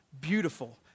beautiful